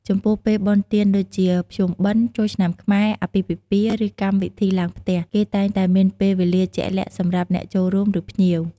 ចំំពោះពេល បុណ្យទានដូចជា ភ្ជុំបិណ្ឌ ចូលឆ្នាំខ្មែរ អាពាហ៍ពិពាហ៍ ឬ កម្មវិធីឡើងផ្ទះ គេតែងតែមានពេលវេលាជាក់លាក់សម្រាប់អ្នកចូលរួម ឬ ភ្ញៀវ។